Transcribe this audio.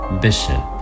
Bishop